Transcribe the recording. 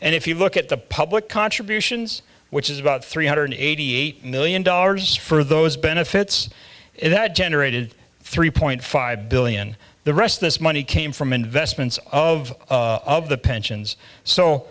and if you look at the public contributions which is about three hundred eighty eight million dollars for those benefits it had generated three point five billion the rest of this money came from investments of of the pensions so